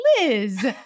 Liz